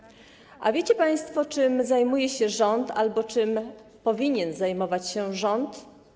A wiecie państwo, czym zajmuje się rząd albo czym powinien zajmować się rząd?